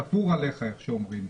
תפור עליך, כמו שאומרים.